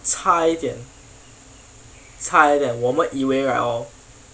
差一点差一点我们以为 right orh